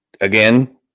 again